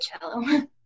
cello